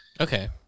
Okay